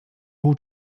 pół